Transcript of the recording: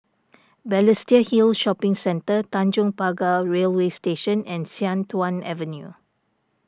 Balestier Hill Shopping Centre Tanjong Pagar Railway Station and Sian Tuan Avenue